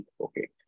Okay